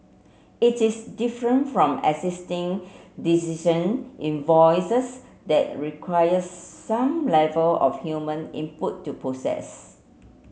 it is different from existing invoices that requires some level of human input to process